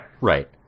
Right